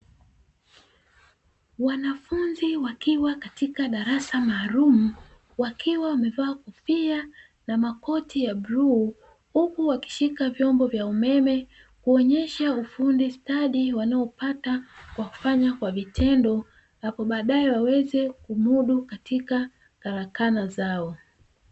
Wanafunzi wakiwa katika darasa maalumu, wakiwa wamevaa kofia na makoti ya bluu, huku wakishika vyombo vya umeme kuonyesha ufundi stadi wanaopata kwa kufanya kwa vitendo; hapo baadaye waweze kumudu katika karakana zao.